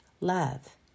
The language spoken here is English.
love